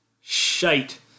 Shite